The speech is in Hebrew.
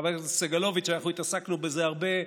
חבר הכנסת סגלוביץ', אנחנו התעסקנו בזה הרבה,